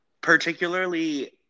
particularly